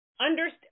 Understand